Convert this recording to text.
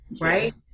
right